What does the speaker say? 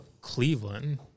Cleveland